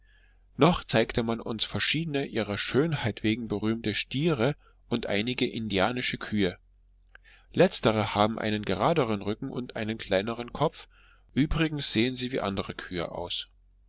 noch zeigte man uns verschiedene ihrer schönheit wegen berühmte stiere und einige indianische kühe letztere haben einen geraderen rücken und einen kleineren kopf übrigens sehen sie wie andere kühe aus